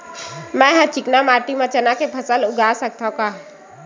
मै ह चिकना माटी म चना के फसल उगा सकथव का?